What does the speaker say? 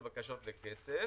זה בקשות לכסף,